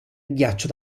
ghiaccio